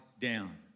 down